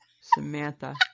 Samantha